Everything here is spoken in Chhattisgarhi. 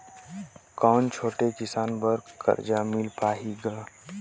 कौन छोटे किसान बर कर्जा मिल पाही ग?